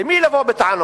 למי צריך לבוא בטענות?